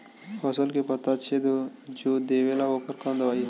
फसल के पत्ता छेद जो देवेला ओकर कवन दवाई ह?